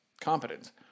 competence